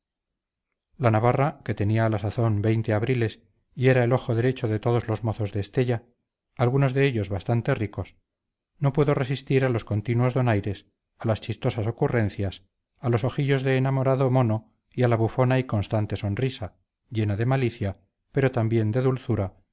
la navarra que tenía a la sazón veinte abriles y era el ojo derecho de todos los mozos de estella algunos de ellos bastante ricos no pudo resistir a los continuos donaires a las chistosas ocurrencias a los ojillos de enamorado mono y a la bufona y constante sonrisa llena de malicia pero también de dulzura